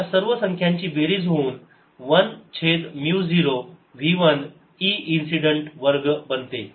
या सर्व संख्यांची बेरीज होऊन 1 छेद म्यू 0 v 1 e इन्सिडेंट वर्ग बनते